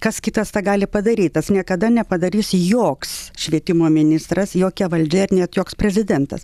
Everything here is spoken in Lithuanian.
kas kitas tą gali padaryt tas niekada nepadarys joks švietimo ministras jokia valdžia ir net joks prezidentas